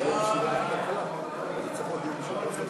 לניהול משותף